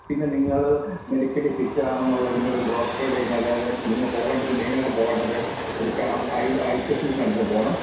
പിന്നെ നിങ്ങള് മെഡിക്കലി ഫിറ്റാണെന്നുള്ളതിന് ഒരു ഡോക്ടറുടെ കയ്യില്നിന്ന് അതായത് നിങ്ങള് പോവേണ്ടത് മെയിനായിട്ട് പോവേണ്ടത് ഒരു ഐ ഐ സ്പെഷ്യലിസ്റ്റിന്റെ അടുത്തു പോകണം